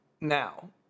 now